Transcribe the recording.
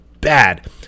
bad